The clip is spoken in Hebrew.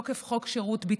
בית,